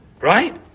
Right